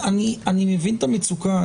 אני מבין את המצוקה.